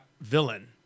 villain